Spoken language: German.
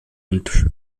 und